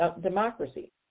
democracy